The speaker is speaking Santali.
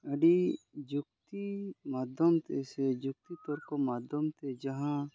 ᱟᱹᱰᱤ ᱡᱩᱠᱛᱤ ᱢᱟᱫᱽᱫᱷᱚᱢ ᱛᱮ ᱥᱮ ᱡᱩᱠᱛᱤ ᱛᱚᱨᱠᱚ ᱢᱟᱫᱽᱫᱷᱚᱢ ᱛᱮ ᱡᱟᱦᱟᱸ